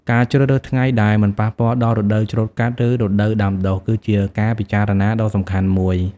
ការជ្រើសរើសថ្ងៃដែលមិនប៉ះពាល់ដល់រដូវច្រូតកាត់ ឬរដូវដាំដុះ គឺជាការពិចារណាដ៏សំខាន់មួយ។